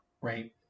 right